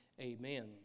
Amen